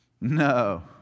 No